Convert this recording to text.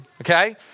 okay